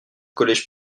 collège